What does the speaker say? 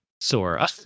Sora